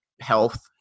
health